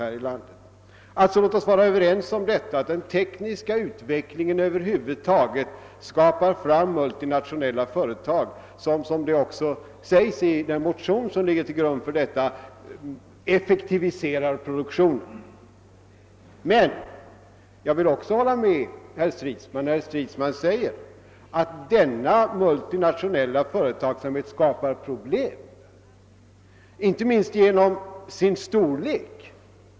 Låt oss alltså vara överens om att den tekniska utvecklingen skapar fram multinationella företag, som — såsom det sägs i den motion som ligger till grund för reservationen — effektiviserar produktionen. Jag vill emellertid också hålla med herr Stridsman när han säger att de multinationella företagen skapar Pproblem, inte minst genom sin storlek.